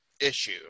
issue